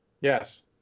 Yes